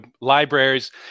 libraries